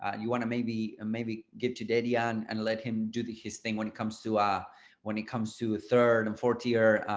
ah you want to maybe maybe get to daddy on and let him do his thing when it comes to ah when it comes to third and fourth year,